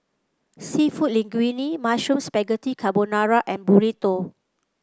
seafood Linguine Mushroom Spaghetti Carbonara and Burrito